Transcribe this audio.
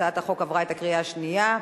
הצעת החוק עברה בקריאה שנייה.